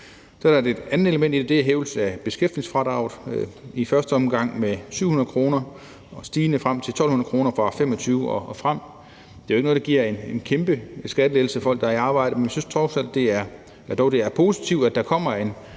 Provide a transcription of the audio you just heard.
er der et andet element i lovforslaget, og det er en hævelse af beskæftigelsesfradraget, i første omgang med 700 kr. stigende til 1.200 kr. fra 2025 og frem. Det er jo ikke noget, der giver en kæmpe skattelettelse for folk, der er i arbejde, men vi synes dog, det er positivt, at der kommer en